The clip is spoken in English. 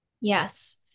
Yes